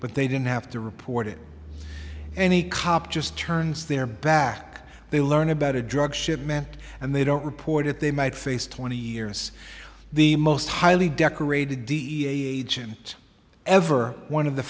but they didn't have to report it any cop just turns their back they learn about a drug shipment and they don't report it they might face twenty years the most highly decorated d e agent ever one of the